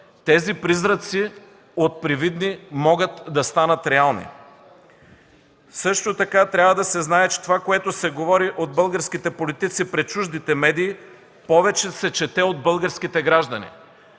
тези призраци от привидни могат да станат реални! Също така трябва да се знае, че това, което се говори от българските политици пред чуждите медии, повече се чете от българските граждани